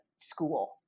school